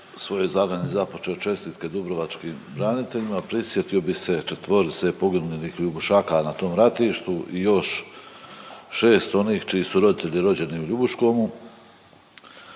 svoje izlaganje započeo čestitke dubrovačkim braniteljima, prisjetio bih se 4-ice poginulih Ljubušaka na tom ratištu i još 6 onih čiji su roditelji rođeni u Ljubuškome.